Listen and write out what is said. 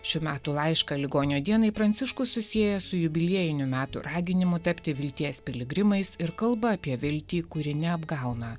šių metų laišką ligonio dienai pranciškus susieja su jubiliejinių metų raginimu tapti vilties piligrimais ir kalba apie viltį kuri neapgauna